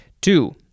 Two